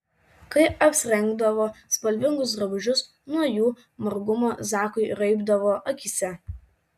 kai apsirengdavo spalvingus drabužius nuo jų margumo zakui raibdavo akyse